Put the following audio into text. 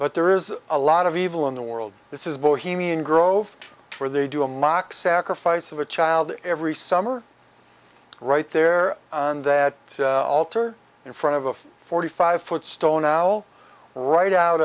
but there is a lot of evil in the world this is bohemian grove where they do a mock sacrifice of a child every summer right there on that altar in front of a forty five foot stone owl right out